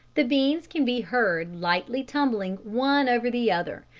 the beans can be heard lightly tumbling one over the other,